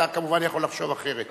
אתה כמובן יכול לחשוב אחרת.